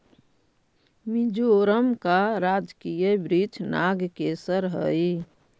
मिजोरम का राजकीय वृक्ष नागकेसर हई